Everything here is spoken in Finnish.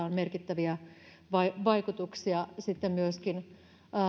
on merkittäviä vaikutuksia myöskin